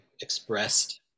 expressed